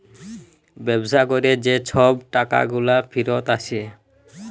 ব্যবসা ক্যরে যে ছব টাকাগুলা ফিরত আসে